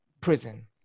prison